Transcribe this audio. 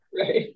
Right